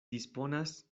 disponas